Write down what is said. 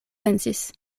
pensis